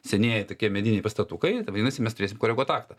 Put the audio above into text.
senieji tokie mediniai pastatukai tai vadinasi mes turėsim koreguot aktą